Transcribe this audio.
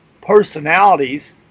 personalities